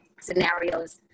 scenarios